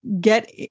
get